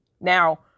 Now